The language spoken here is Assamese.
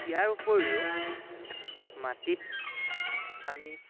ইয়াৰ উপৰিও মাটিত আমি